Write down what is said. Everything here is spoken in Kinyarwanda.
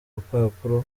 rupapuro